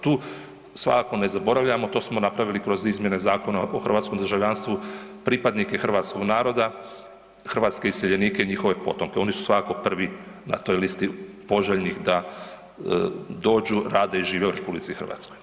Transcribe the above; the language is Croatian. Tu svakako ne zaboravljamo, to smo napravili kroz izmjene Zakona o hrvatskom državljanstvu, pripadnike hrvatskog naroda, hrvatske iseljenike i njihove potomke, oni su svakako prvi na toj listi poželjnih da dođu, rade i žive u RH.